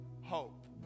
hope